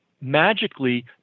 magically